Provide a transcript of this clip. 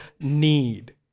need